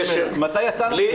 מתי יצאנו ממנה?